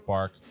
Park